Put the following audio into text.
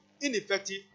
ineffective